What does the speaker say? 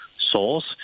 source